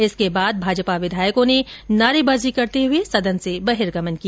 इसके बाद भाजपा विधायकों ने नारेबाजी करते हुए सदन से बहिर्गमन किया